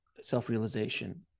self-realization